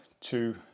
two